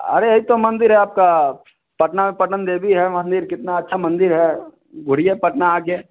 अरे यही तो है मंदिर आपका पटना में पटनदेबी है मंदिर कितना अच्छा मंदिर है घूरिए पटना आके